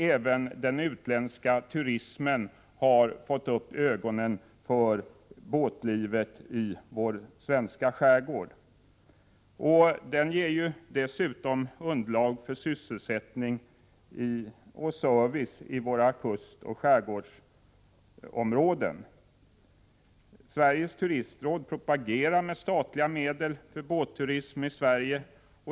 Även den utländska turismen har fått upp ögonen för den svenska skärgården. Turismen skapar dessutom sysselsättning och behov av service i våra kustoch skärgårdsområden. Sveriges turistråd propagerar med statliga medel för båtturism i Sverige.